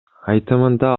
айтымында